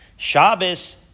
Shabbos